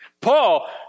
Paul